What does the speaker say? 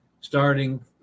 starting